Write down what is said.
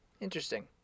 Interesting